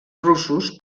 russos